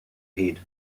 ahead